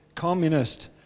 Communist